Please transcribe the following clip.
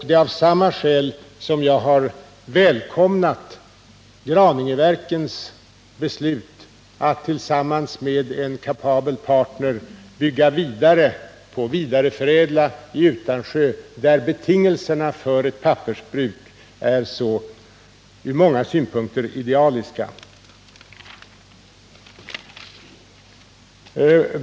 Det är av samma skäl som jag har välkomnat Graningeverkens beslut att tillsammans med en kapabel partner bygga vidare och vidareförädla produkten i Utansjö, där betingelserna för ett pappersbruk ur många synpunkter sett är idealiska.